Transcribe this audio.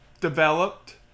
developed